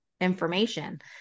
information